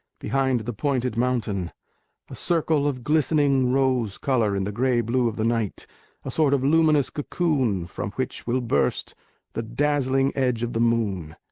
behind the pointed mountain a circle of glistening rose-color in the gray-blue of the night a sort of luminous cocoon from which will burst the dazzling edge of the moon.